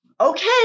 okay